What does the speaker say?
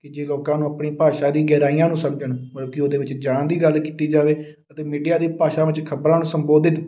ਕਿ ਜੇ ਲੋਕਾਂ ਨੂੰ ਆਪਣੀ ਭਾਸ਼ਾ ਦੀ ਗਹਿਰਾਈਆਂ ਨੂੰ ਸਮਝਣ ਮਤਲਬ ਕਿ ਉਹਦੇ ਵਿੱਚ ਜਾਣ ਦੀ ਗੱਲ ਕੀਤੀ ਜਾਵੇ ਅਤੇ ਮੀਡੀਆ ਦੀ ਭਾਸ਼ਾ ਵਿੱਚ ਖ਼ਬਰਾਂ ਨੂੰ ਸੰਬੋਧਿਤ